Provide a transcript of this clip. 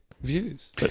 views